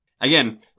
Again